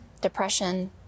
depression